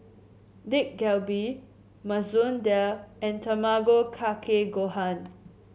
Dak Galbi Masoor Dal and Tamago Kake Gohan